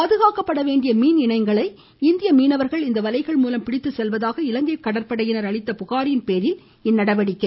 பாதுகாக்கப்பட வேண்டிய மீன் இனங்களை இந்திய மீனவர்கள் இந்த வலைகள் மூலம் பிடித்து செல்வதாக இலங்கை கடற்படையினர் அளித்த புகாரின் பேரில் இந்நடவடிக்கை